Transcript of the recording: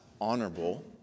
honorable